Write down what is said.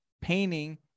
painting